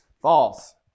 false